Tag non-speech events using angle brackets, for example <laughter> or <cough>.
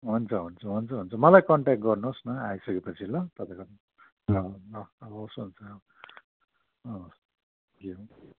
हुन्छ हुन्छ हुन्छ हुन्छ मलाई कन्ट्याक्ट गर्नुहोस् न आइसकेपछि ल <unintelligible> हवस् हुन्छ हवस्